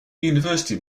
university